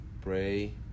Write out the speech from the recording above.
Pray